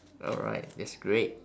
alright that's great